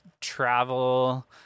travel